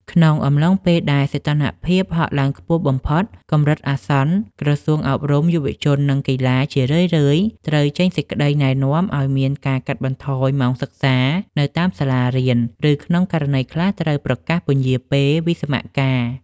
ក្នុងអំឡុងពេលដែលសីតុណ្ហភាពហក់ឡើងខ្ពស់បំផុតដល់កម្រិតអាសន្ន ក្រសួងអប់រំ យុវជន និងកីឡា ជារឿយៗត្រូវចេញសេចក្តីណែនាំឱ្យមានការកាត់បន្ថយម៉ោងសិក្សានៅតាមសាលារៀន ឬក្នុងករណីខ្លះត្រូវប្រកាសពន្យារពេលវិស្សមកាល។